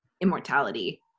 immortality